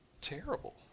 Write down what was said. terrible